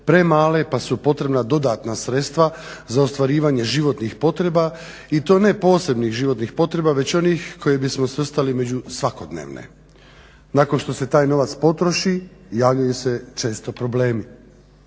premale pa su dodatna sredstva za ostvarivanje životnih potreba i to ne posebnih životnih potreba već onih koji bismo svrstali među svakodnevne. Nakon što se taj novac potroši javljaju se često problemi.